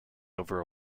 over